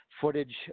footage